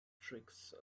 tricks